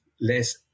less